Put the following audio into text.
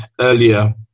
earlier